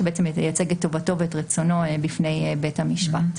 שייצג את טובתו ואת רצונו בפני בית המשפט.